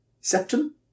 Septum